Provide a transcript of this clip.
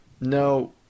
no